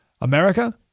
America